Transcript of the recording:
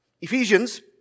Ephesians